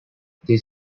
this